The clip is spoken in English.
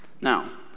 Now